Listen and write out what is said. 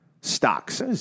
stocks